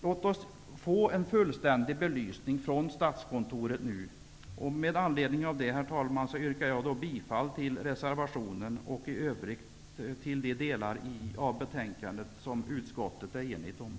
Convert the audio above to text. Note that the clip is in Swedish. Låt oss få en fullständig belysning gjord av Statskontoret. Herr talman! Med anledning av detta yrkar jag bifall till vår reservation, i övrigt yrkar jag bifall till utskottets hemställan.